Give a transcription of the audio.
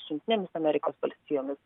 su jungtinėmis amerikos valstijomis